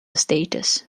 status